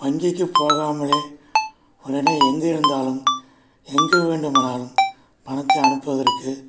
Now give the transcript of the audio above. வங்கிக்கு போகாமலே உடனே எங்கே இருந்தாலும் எங்கே வேண்டுமானாலும் பணத்தை அனுப்புவதற்கு